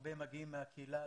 הרבה מגיעים מהקהילה,